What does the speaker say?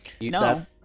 No